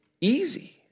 easy